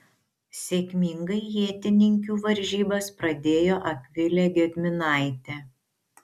sėkmingai ietininkių varžybas pradėjo akvilė gedminaitė